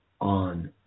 on